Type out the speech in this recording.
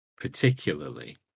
particularly